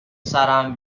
سرم